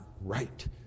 right